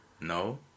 No